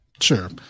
Sure